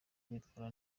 kwitwara